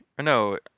No